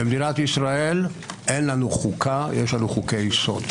אין בינינו מחלוקת.